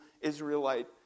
Israelite